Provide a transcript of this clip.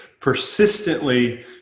persistently